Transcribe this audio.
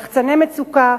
לחצני מצוקה,